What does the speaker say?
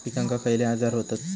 पिकांक खयले आजार व्हतत?